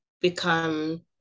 become